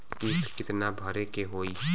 किस्त कितना भरे के होइ?